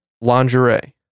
Lingerie